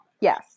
Yes